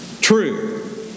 true